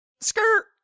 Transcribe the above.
Skirt